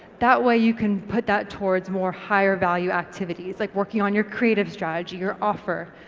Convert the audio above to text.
that way you can put that towards more higher value activities, like working on your creative strategy, your offer,